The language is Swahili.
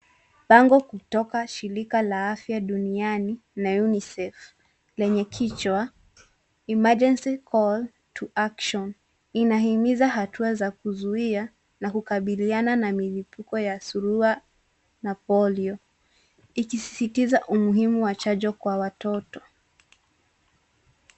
Bango kutoka shirika la afya duniani na unicef lenye kichwa emergency call to action inahimiza hatua za kuzuia na kukabiliana na miipuko ya surua na polio ikisisitiza umuhimu wa chanjo kwa watoto.